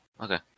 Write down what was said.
okay